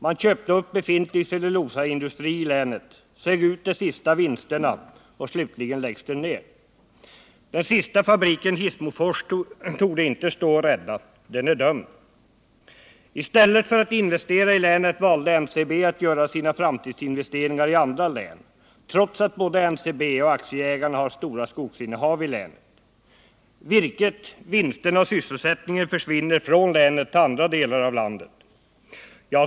Man köpte upp befintlig cellulosaindustri i länet och sög ut de sista vinsterna. Slutligen läggs den ner. Den sista fabriken, Hissmofors, torde inte stå att rädda — den är dömd till nedläggning. I stället för att investera i länet valde NCB att göra sina framtidsinvesteringar i andra län, trots att både NCB och aktieägarna har stora skogsinnehav i länet. Virket, vinsterna och sysselsättningen försvinner från länet till andra delar av landet.